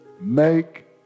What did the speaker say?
make